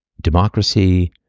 democracy